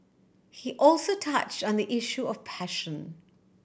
he also touch on the issue of passion